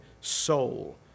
soul